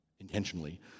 intentionally